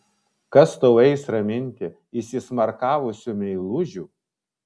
kas tau eis raminti įsismarkavusių meilužių